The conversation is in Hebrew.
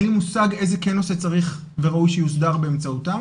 אין לי מושג איזה כן נושא צריך וראוי שיוסדר באמצעותם